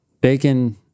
Bacon